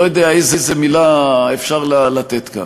אני לא יודע איזו מילה אפשר לתת כאן.